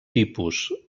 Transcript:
tipus